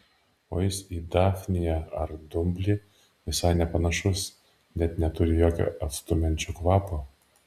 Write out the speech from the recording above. o jis į dafniją ar dumblį visai nepanašus net neturi jokio atstumiančio kvapo